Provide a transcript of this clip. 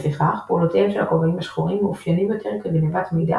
לפיכך פעולותיהם של הכובעים השחורים מאופיינים יותר בגנבת מידע